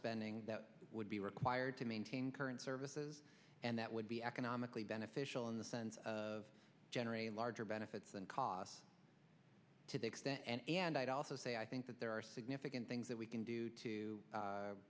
spending that would be required to maintain current services and that would be economically beneficial in the sense of under a larger benefits and costs to the extent and i'd also say i think that there are significant things that we can do to